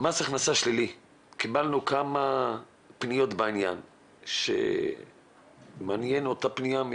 קיבלנו כמה פניות בעניין מס הכנסה שלילי.